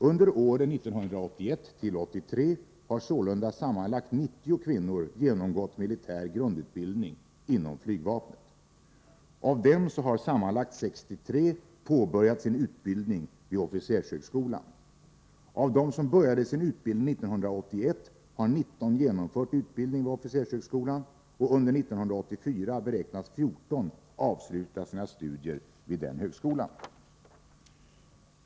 Under åren 1981-1983 har sålunda sammanlagt 90 kvinnor genomgått militär grundutbildning inom flygvapnet. Av dem har sammanlagt 63 påbörjat sin utbildning vid officershögskolan. Av dem som började sin utbildning 1981 har 19 genomfört utbildning vid officershögskolan. Under 1984 beräknas 14 avsluta sina studier vid officershögskolan.